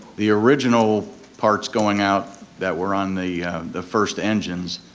the original parts going out that were on the the first engines,